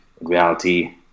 reality